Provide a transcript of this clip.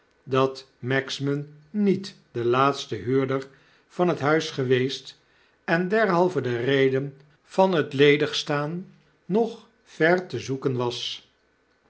dat magsman niet de laatste huurder van het huis geweest en derhalve de reden van het ledigstaan nog ver te zoeken was